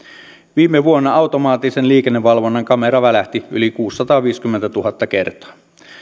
viime vuonna automaattisen liikennevalvonnan kamera välähti yli kuusisataaviisikymmentätuhatta kertaa